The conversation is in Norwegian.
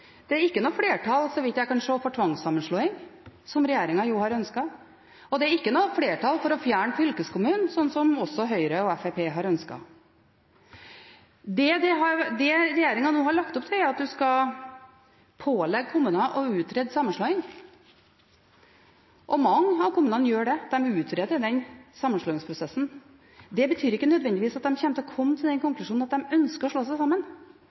Det er ikke noe flertall, så vidt jeg kan se, for tvangssammenslåing, som regjeringen jo har ønsket, og det er ikke noe flertall for å fjerne fylkeskommunen, slik som Høyre og Fremskrittspartiet også har ønsket. Det regjeringen nå har lagt opp til, er at en skal pålegge kommuner å utrede sammenslåing. Mange av kommunene gjør det. De utreder den sammenslåingsprosessen. Det betyr ikke nødvendigvis at de kommer til den konklusjonen at de ønsker å slå seg sammen.